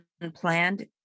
unplanned